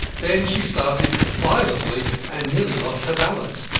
then she started violently, and nearly lost her balance.